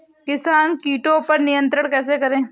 किसान कीटो पर नियंत्रण कैसे करें?